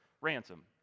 ransom